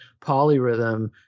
polyrhythm